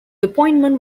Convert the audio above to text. appointment